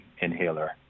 inhaler